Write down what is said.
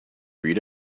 read